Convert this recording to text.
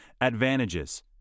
Advantages